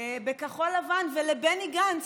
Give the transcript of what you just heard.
בכחול לבן ולבני גנץ,